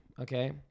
okay